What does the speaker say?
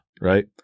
right